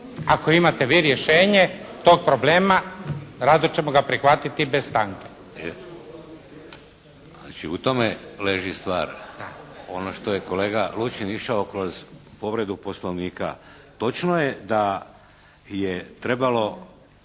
ako imate vi rješenje tog problema rado ćemo ga prihvatiti i bez stanke. **Šeks, Vladimir (HDZ)** Znači u tome leži stvar, u onome što je kolega Lučin išao kroz povredu poslovnika. Točno je da je trebalo